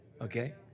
Okay